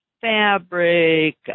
fabric